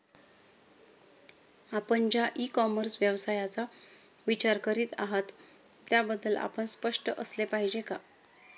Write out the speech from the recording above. आपण ज्या ecommerce व्यवसायाचा विचार करीत आहात त्याबद्दल आपण स्पष्ट असले पाहिजे का?